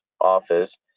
office